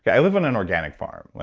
i live on an organic farm. like